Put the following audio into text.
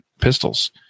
pistols